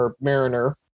mariner